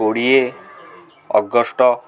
କୋଡ଼ିଏ ଅଗଷ୍ଟ